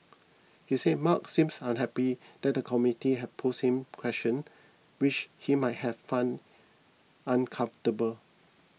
he said Mark seemed unhappy that the committee had pose him questions which he might have found uncomfortable